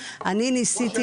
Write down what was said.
נכון,